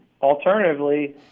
alternatively